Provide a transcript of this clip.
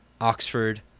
Oxford